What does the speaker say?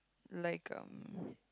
like um